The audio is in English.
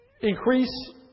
increase